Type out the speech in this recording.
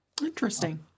Interesting